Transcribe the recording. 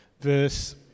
verse